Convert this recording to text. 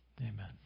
Amen